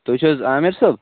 تُہۍ چھِو حظ عامِر صٲب